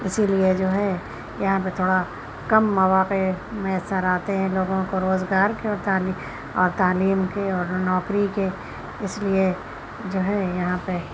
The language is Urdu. اِسی لیے جو ہے یہاں پہ تھوڑا کم مواقع میسر آتے ہیں لوگوں کو روزگار کے متعلق اور تعلیم کے اور نوکری کے اِس لیے جو ہے یہاں پہ